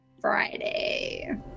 Friday